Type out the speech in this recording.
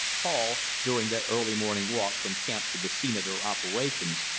paul, during their early morning walk from camp to the scene of their operations,